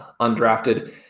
undrafted